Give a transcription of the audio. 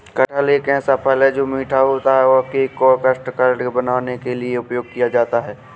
कटहल एक ऐसा फल है, जो मीठा होता है और केक और कस्टर्ड बनाने के लिए उपयोग किया जाता है